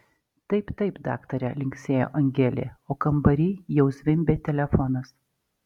taip taip daktare linksėjo angelė o kambary jau zvimbė telefonas